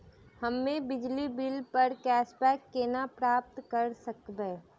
हम्मे बिजली बिल प कैशबैक केना प्राप्त करऽ सकबै?